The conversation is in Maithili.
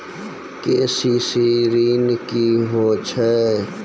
के.सी.सी ॠन की होय छै?